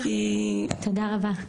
תודה רבה.